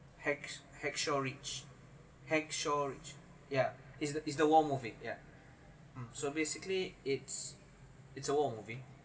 hacks hacks ridge hacsaw ridge yeah it's the is the war movie yeah so basically it's it's a war movie